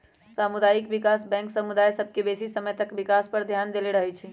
सामुदायिक विकास बैंक समुदाय सभ के बेशी समय तक विकास पर ध्यान देले रहइ छइ